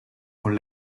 con